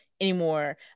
anymore